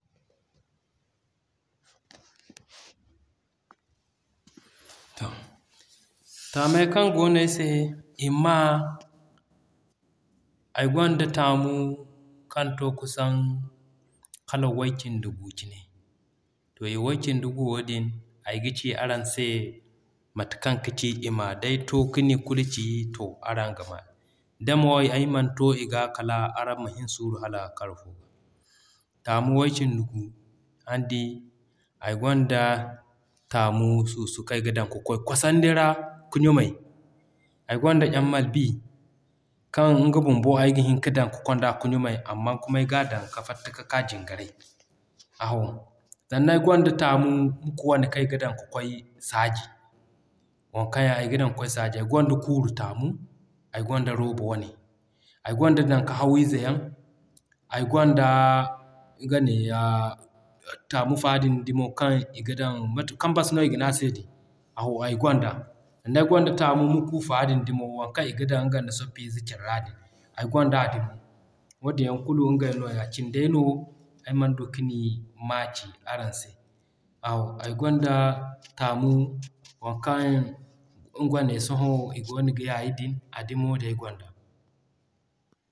To, Taamey kaŋ goono ay se i ma, ay gonda Taamu kaŋ to kusan kala way cindi gu cine. To i way cindi gu wo din, ay ga ci araŋ se mate kaŋ kaci i ma. Day to kani kulu ci, to araŋ ga maa. Damo day man to i ga, araŋ ma hin suuru hala karo fo. Taamu way cindi gu araŋ di. Ay gonda Taamu susu kaŋ ay ga dan ka kwaay kosandi ra ka ɲumay, ay gonda yan Malabi kaŋ nga bumbo ay ga hin ka dan ka konda ka ɲumay amma kuma ay ga dan ka fatta ka k'a Jingarey aho. Sannan ay gonda Taamu kaŋ ay ga dan ka kwaay Saaji waŋ kaŋ yaŋ ayga dan ka kwaay saaji. Ay gonda Kuuru taamu ay gonda Rooba wane, ay gonda Dan ka haw ize yaŋ, ay gonda nga neeya Taamu fa din dumo kaŋ i ga dan, manti kambas no iga ne a se din aho ay gonda. Sannan ay gonda Taamu Mukku fa din dumo waŋ kaŋ i ga dan nga nda soppu ize care ra din. Ay gonda a dumo. Wadin yaŋ kulu ngey nooya. Cindey mo ay mana du kani ma ci araŋ se aho. Ay gonda Taamu waŋ kaŋ nga ne sohõ i goono ga yayi din a dumo din ay gonda.